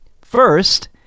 First